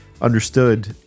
understood